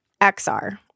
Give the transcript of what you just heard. XR